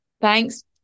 Thanks